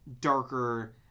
darker